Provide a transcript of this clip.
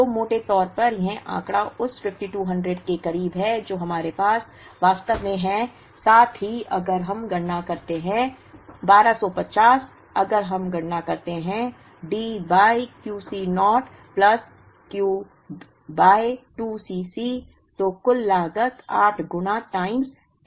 तो मोटे तौर पर यह आंकड़ा उस 5200 के करीब है जो हमारे पास वास्तव में है साथ ही अगर हम गणना करते हैं 1250 अगर हम गणना करते हैं D by QC naught plus Q by 2 C c तो कुल लागत 8 गुना टाइम 300 हो जाएगा